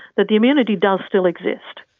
that the immunity does still exist,